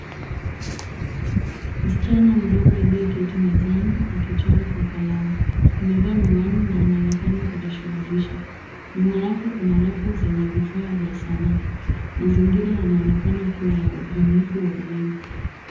Msichana mdogo aliyeketi mezani akichora kwa kalamu. Amevaa miwani na anaonekana kujishughulisha. Nyuma yake kuna rafu zenye vifaa vya sanaa. Mazingira yanaonekana kuwa ya ubunifu wa elimu.